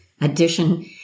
addition